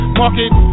market